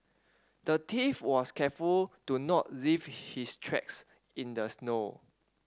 the thief was careful to not leave his tracks in the snow